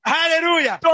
Hallelujah